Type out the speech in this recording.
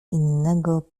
innego